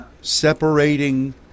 Separating